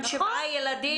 עם שבעה ילדים.